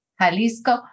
Jalisco